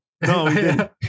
No